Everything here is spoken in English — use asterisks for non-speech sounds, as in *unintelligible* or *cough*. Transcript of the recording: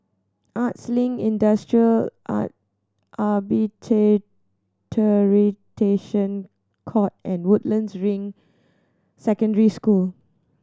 Arts Link Industrial *unintelligible* Court and Woodlands Ring Secondary School